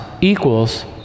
equals